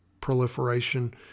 proliferation